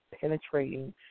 penetrating